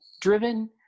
driven